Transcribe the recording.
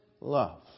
love